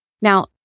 Now